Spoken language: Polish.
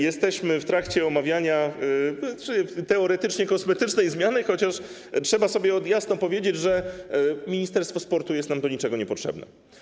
Jesteśmy w trakcie omawiania teoretycznie kosmetycznej zmiany, chociaż trzeba sobie jasno powiedzieć, że ministerstwo sportu jest nam do niczego niepotrzebne.